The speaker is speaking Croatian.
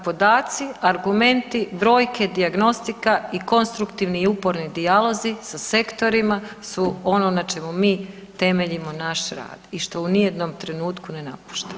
Dakle, podaci, argumenti, brojke, dijagnostika i konstruktivni i uporni dijalozi sa sektorima su ono na čemu mi temeljimo naš rad i što ni u jednom trenutku ne napuštamo.